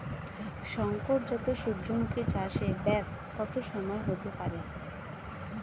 শংকর জাত সূর্যমুখী চাসে ব্যাস কত সময় হতে পারে?